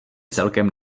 celkem